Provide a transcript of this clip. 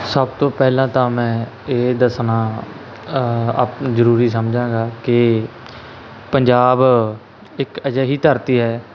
ਸਭ ਤੋਂ ਪਹਿਲਾਂ ਤਾਂ ਮੈਂ ਇਹ ਦੱਸਣਾ ਆਪ ਜ਼ਰੂਰੀ ਸਮਝਾਂਗਾ ਕਿ ਪੰਜਾਬ ਇੱਕ ਅਜਿਹੀ ਧਰਤੀ ਹੈ